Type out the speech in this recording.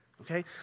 Okay